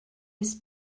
his